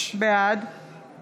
בעד